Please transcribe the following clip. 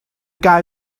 guy